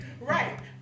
right